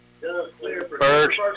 first